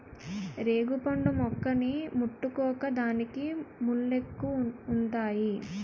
రేగుపండు మొక్కని ముట్టుకోకు దానికి ముల్లెక్కువుంతాయి